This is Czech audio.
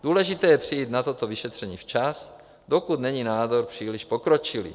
Důležité je přijít na toto vyšetření včas, dokud není nádor příliš pokročilý.